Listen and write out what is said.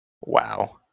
Wow